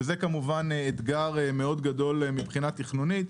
וזה כמובן אתגר מאוד גדול מבחינה תכנונית,